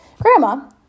Grandma